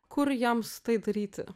kur jiems tai daryti